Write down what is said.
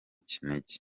kinigi